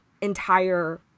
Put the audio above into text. entire